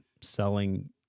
selling